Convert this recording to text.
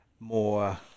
more